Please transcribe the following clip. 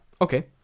okay